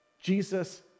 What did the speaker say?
Jesus